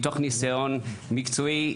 מתוך ניסיון מקצועי,